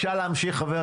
יואב להמשיך בבקשה.